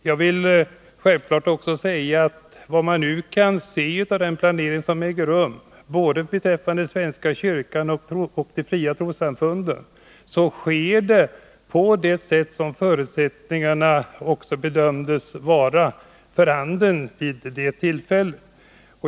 Jag vill också säga att utvecklingen beträffande både svenska kyrkan och de fria trossamfunden tycks äga rum i enlighet med de förutsättningar som bedömdes vara för handen vid det tillfället.